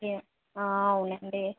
ఆ అవునండి